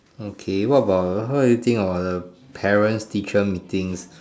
okay what about what do you think about the parents teacher meetings